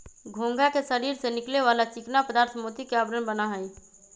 घोंघा के शरीर से निकले वाला चिकना पदार्थ मोती के आवरण बना हई